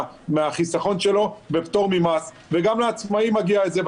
מהחיסכון שלו בפטור ממס וגם לעצמאים מגיע את זה.